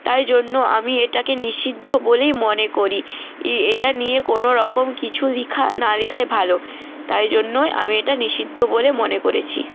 তাই জন্য আমি এটাকে নিষিদ্ধ বলেই মনে করি ই এটা নিয়ে কোনোরকম কিছু লেখা না লেখাই ভালো তাই জন্যই আমি এটা নিষিদ্ধ বলে মনে করেছি